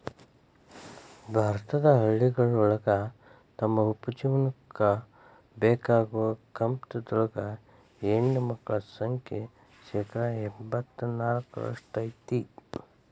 ಭಾರತದ ಹಳ್ಳಿಗಳೊಳಗ ತಮ್ಮ ಉಪಜೇವನಕ್ಕ ಬೇಕಾಗೋ ಕಮತದೊಳಗ ಹೆಣ್ಣಮಕ್ಕಳ ಸಂಖ್ಯೆ ಶೇಕಡಾ ಎಂಬತ್ ನಾಲ್ಕರಷ್ಟ್ ಐತಿ